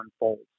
unfolds